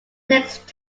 next